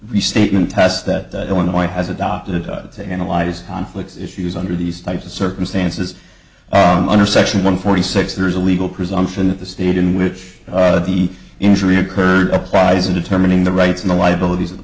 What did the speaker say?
restatement test that illinois has adopted to analyze conflicts issues under these types of circumstances under section one forty six there is a legal presumption that the state in which the injury occurred applies in determining the rights in the liabilities of the